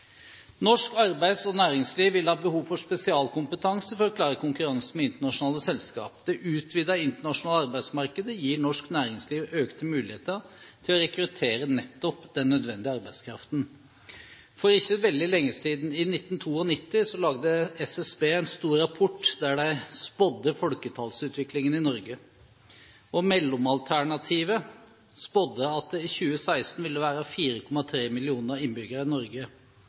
Norsk arbeids- og næringsliv vil ha behov for spesialkompetanse for å klare konkurransen med internasjonale selskaper. Det utvidede internasjonale arbeidsmarkedet gir norsk næringsliv økte muligheter til å rekruttere nettopp den nødvendige arbeidskraften. For ikke veldig lenge siden, i 1992, lagde SSB en stor rapport der de spådde folketallsutviklingen i Norge. Mellomalternativet spådde at det i 2016 ville være 4,3 mill. innbyggere i Norge.